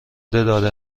داده